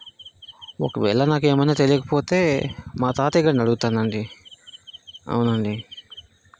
ఒకవేళ నాకేమన్నా తెలియకపోతే మా తాతయ్య గారిని అడుగుతానండి అవునండి